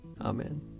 Amen